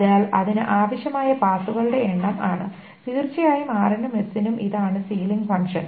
അതിനാൽ അതിന് ആവശ്യമായ പാസുകളുടെ എണ്ണം ആണ് തീർച്ചയായും r നും s നും ഇതാണ് സീലിംഗ് ഫംഗ്ഷൻ